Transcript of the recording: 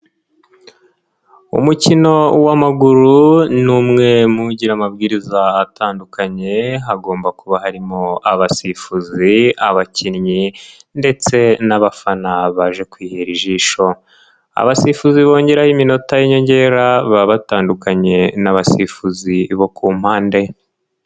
Umukino w'amaguru, ni umwe mu wugira amabwiriza atandukanye, hagomba kuba harimo abasifuzi, abakinnyi ndetse n'abafana baje kwihera ijisho. Abasifuzi bongeraho iminota y'inyongera, baba batandukanye n'abasifuzi bo ku mpande.